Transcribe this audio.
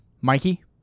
Mikey